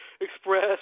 Express